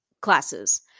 classes